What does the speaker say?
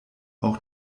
auch